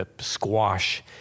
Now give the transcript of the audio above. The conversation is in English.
squash